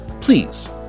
Please